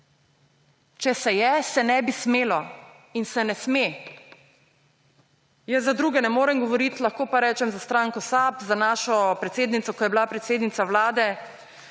Če se je, se ne bi smelo in se ne sme. Jaz za druge ne morem govoriti, lahko pa rečem za stranko SAB, za našo predsednico, ko je bila predsednica Vlade,